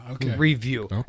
review